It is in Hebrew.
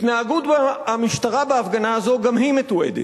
התנהגות המשטרה בהפגנה הזאת, גם היא מתועדת,